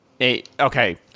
Okay